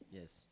Yes